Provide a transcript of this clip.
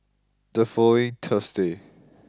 the following Thursday